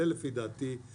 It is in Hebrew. זה לפי דעתי.